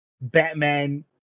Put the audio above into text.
Batman